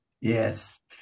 Yes